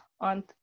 on